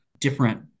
different